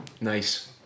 Nice